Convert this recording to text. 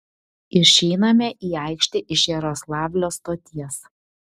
išeiname į aikštę iš jaroslavlio stoties